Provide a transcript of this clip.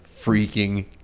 freaking